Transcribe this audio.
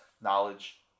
knowledge